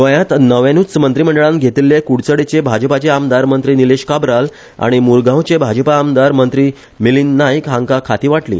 गोंयांत नव्यानुच मंत्रीमंडळान घेतिल्ले कूडचडेचे भाजपाचे आमदार मंत्री निलेश काब्राल आनी मुरगांवचे भाजपा आमदार मंत्री मिलींद नायक हांका खातीं वाटली